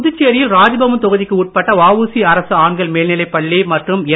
புதுச்சேரியில் ராஜ்பவன் தொகுதிக்கு உட்பட்ட வஉசி அரசு ஆண்கள் மேல்நிலைப் பள்ளி மற்றும் என்